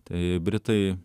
tai britai